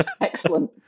Excellent